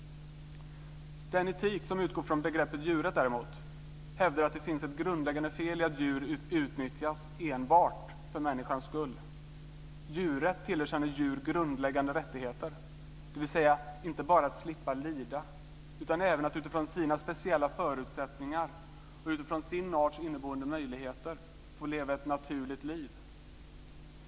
Den etik som utgår från begreppet djurrätt hävdar att det finns ett grundläggande fel i att djur utnyttjas enbart för människans skull. Djurrätt tillerkänner djur grundläggande rättigheter, dvs. inte bara att slippa lyda utan även att utifrån sina speciella förutsättningar och utifrån sin arts inneboende möjligheter få leva ett naturligt liv.